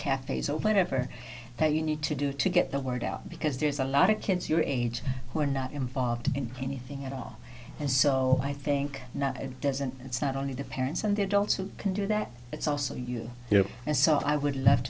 cafes or whatever that you need to do to get the word out because there's a lot of kids your age who are not involved in anything at all and so i think now it doesn't it's not only the parents and the adults who can do that it's also you you know and so i would love